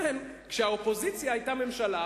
כשהאופוזיציה היתה ממשלה,